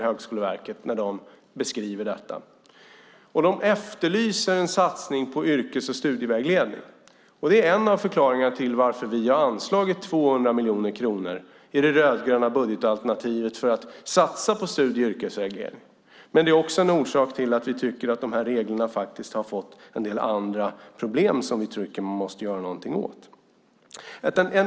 Man efterlyser en satsning på studie och yrkesvägledning. Det är en av förklaringarna till varför vi i det rödgröna budgetalternativet har anslagit 200 miljoner för att satsa på studie och yrkesvägledning. Vi tycker också att reglerna har skapat en del andra problem som vi anser att man måste göra något åt.